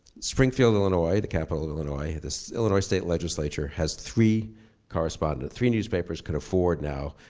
springfield illinois, the capital of illinois, this illinois state legislator has three correspondents, three newspapers can afford now,